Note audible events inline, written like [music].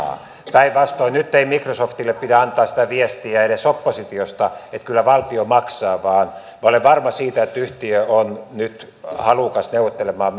päinvastoin nyt ei microsoftille pidä antaa sitä viestiä edes oppositiosta että kyllä valtio maksaa vaan minä olen varma siitä että yhtiö on nyt halukas neuvottelemaan [unintelligible]